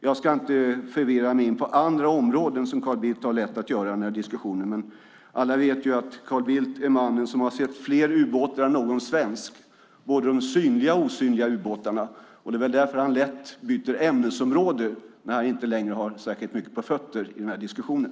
Jag ska inte förirra mig in på andra områden, som Carl Bildt har lätt att göra i denna diskussion, men alla vet att Carl Bildt är mannen som har sett fler ubåtar än någon svensk - både de synliga och de osynliga ubåtarna. Det är väl därför han lätt byter ämnesområde när han inte längre har särskilt mycket på fötterna i denna diskussion.